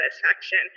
satisfaction